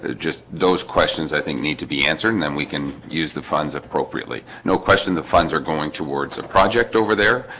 ah just those questions i think need to be answered and then we can use the funds appropriately no question the funds are going towards a project over there.